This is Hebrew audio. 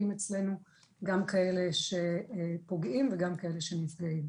אצלינו ויש גם כאלה שפוגעים וגם כאלה שנפגעים.